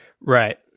right